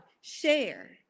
share